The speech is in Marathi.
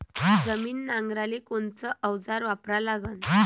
जमीन नांगराले कोनचं अवजार वापरा लागन?